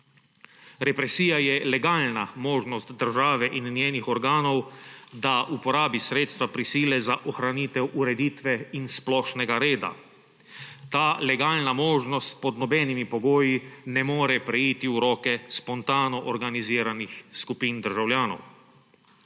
Represija je legalna možnost države in njenih organov, da uporabi sredstva prisile za ohranitev ureditve in splošnega reda. Ta legalna možnost pod nobenimi pogoji ne more preiti v roke spontano organiziranih skupin državljanov.